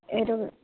এইটো